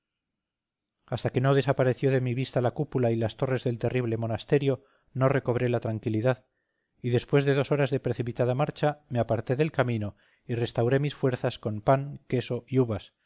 hasta que no desapareció de mi vista la cúpula y las torres del terrible monasterio no recobré la tranquilidad y después de dos horas de precipitada marcha me aparté del camino y restauré mis fuerzas con pan queso y uvas